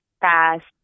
fast